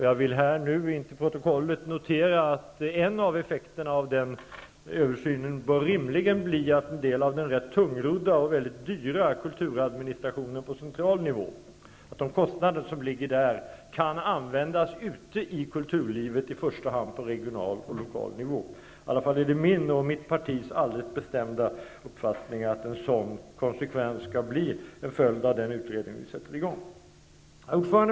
Jag vill här nu till protokollet notera att en av effekterna av den översynen rimligen bör bli att kostnaderna för en del av den rätt tungrodda och väldigt dyra kulturadministrationen på central nivå kan användas ute i kulturlivet, i första hand på regional och lokal nivå. I alla fall är det min och mitt partis alldeles bestämda uppfattning att det skall bli en följd av den utredning som sätts i gång. Herr talman!